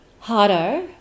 harder